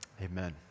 amen